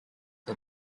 the